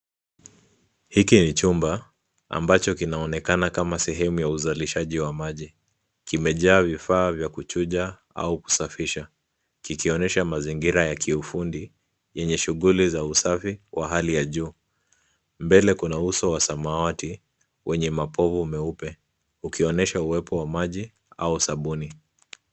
Hiki ni chumba ambacho kinaonekana kama sehemu ya uzalishaji wa maji. Kimejaa vifaa vya kuchuja au kusafisha kikionyesha mazingira ya kiufundi yenye shughuli za usafi wa hali ya juu. Mbele kuna uso wa samawati wenye mapovu meupe ukionyesha uwepo wa maji au sabuni.